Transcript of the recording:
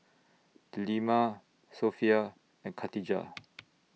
Delima Sofea and Khatijah